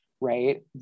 right